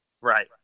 Right